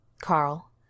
Carl